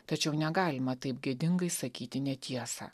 tačiau negalima taip gėdingai sakyti netiesą